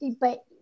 but-